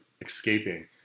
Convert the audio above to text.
escaping